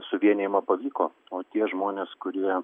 suvienijimą pavyko o tie žmonės kurie